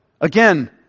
again